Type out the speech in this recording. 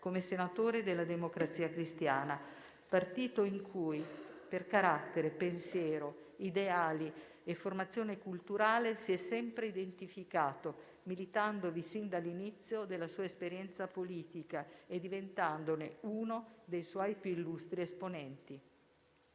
come senatore della Democrazia Cristiana, partito in cui, per carattere, pensiero, ideali e formazione culturale, si è sempre identificato, militandovi sin dall'inizio della sua esperienza politica e diventandone uno dei suoi più illustri esponenti.